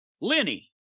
Lenny